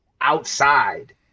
outside